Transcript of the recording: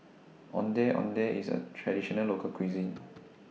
Ondeh Ondeh IS A Traditional Local Cuisine